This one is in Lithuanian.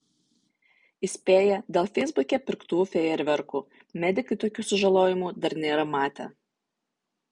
įspėja dėl feisbuke pirktų fejerverkų medikai tokių sužalojimų dar nėra matę